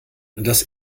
das